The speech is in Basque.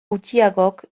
gutxiagok